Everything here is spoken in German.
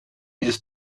ist